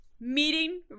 meeting